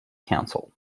council